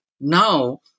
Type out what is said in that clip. now